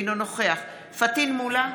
אינו נוכח פטין מולא,